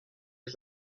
els